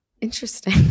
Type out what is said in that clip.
Interesting